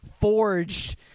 forged